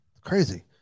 Crazy